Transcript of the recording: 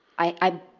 i